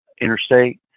interstate